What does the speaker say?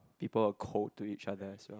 people were cold to each other as well